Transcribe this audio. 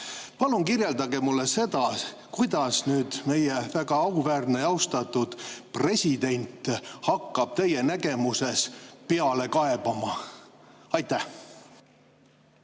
Palun kirjeldage mulle, kuidas nüüd meie väga auväärne ja austatud president hakkab teie nägemuses peale kaebama. Aitäh,